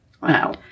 wow